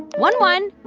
one, one,